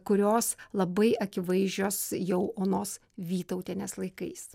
kurios labai akivaizdžios jau onos vytautienės laikais